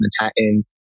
Manhattan